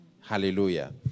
Hallelujah